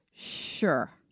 Sure